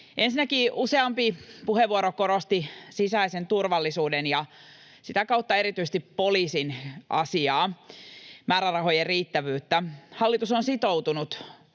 Ensinnäkin useampi puheenvuoro korosti sisäisen turvallisuuden ja sitä kautta erityisesti poliisin asiaa, määrärahojen riittävyyttä. Hallitus on sitoutunut